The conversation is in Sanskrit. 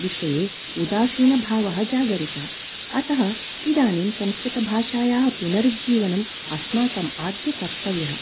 विषये उदासीनभावः जागृत अतः इदानीं संस्कृतभाषायाः पुनर्जीवनम् अस्माकम् आद्य कर्तव्यः